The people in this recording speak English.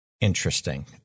Interesting